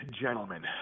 gentlemen